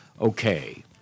Okay